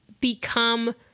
become